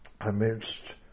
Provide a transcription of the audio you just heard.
Amidst